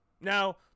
Now